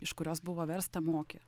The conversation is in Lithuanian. iš kurios buvo versta moki